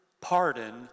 pardon